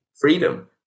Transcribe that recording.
freedom